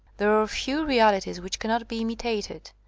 there are few real ities which cannot be imitated,